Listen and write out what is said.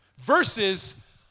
Versus